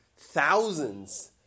thousands